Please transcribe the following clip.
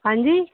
ਹਾਂਜੀ